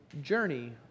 journey